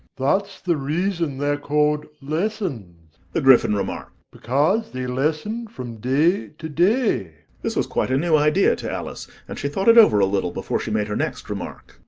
that's the reason they're called lessons the gryphon remarked because they lessen from day to day this was quite a new idea to alice, and she thought it over a little before she made her next remark.